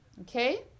Okay